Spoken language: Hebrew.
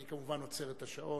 אני כמובן עוצר את השעון,